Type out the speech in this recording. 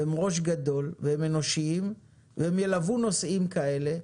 הם ראש גדול והם אנושיים והם ילווה נוסעים כאלה,